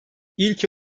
i̇lki